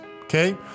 okay